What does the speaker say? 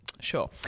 sure